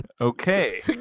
Okay